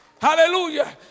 hallelujah